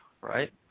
right